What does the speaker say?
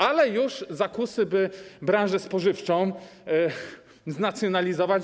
Ale były już zakusy, by branżę spożywczą znacjonalizować.